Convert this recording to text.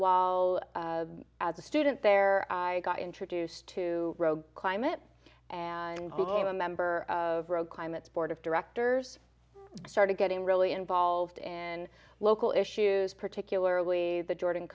while as a student there i got introduced to road climate and cool i'm a member of road climates board of directors started getting really involved in local issues particularly the jordan